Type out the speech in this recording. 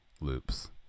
loops